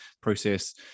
process